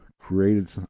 created